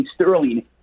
Sterling